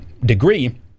degree